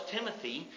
Timothy